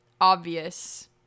obvious